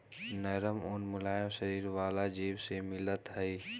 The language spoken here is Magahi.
नरम ऊन मुलायम शरीर वाला जीव से मिलऽ हई